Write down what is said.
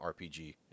rpg